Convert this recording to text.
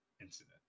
incident